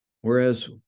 whereas